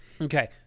okay